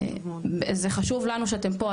זה חשוב לנו שאתם פה,